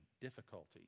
difficulty